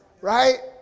Right